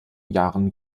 jahren